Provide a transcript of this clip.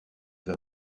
vins